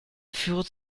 führe